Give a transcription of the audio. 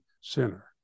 sinner